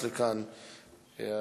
את ההצעה לסדר-היום.